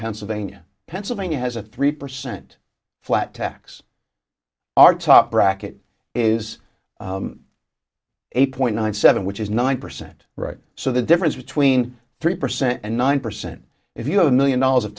pennsylvania pennsylvania has a three percent flat tax our top bracket is eight point nine seven which is nine percent right so the difference between three percent and nine percent if you have a million dollars of